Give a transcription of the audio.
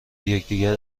یکدیگر